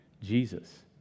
Jesus